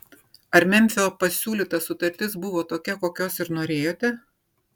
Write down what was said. ar memfio pasiūlyta sutartis buvo tokia kokios ir norėjote